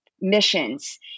missions